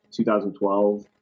2012